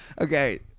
Okay